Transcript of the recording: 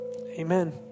amen